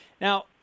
Now